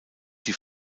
die